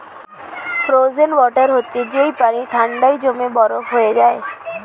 frozen water হচ্ছে যেই পানি ঠান্ডায় জমে বরফ হয়ে যায়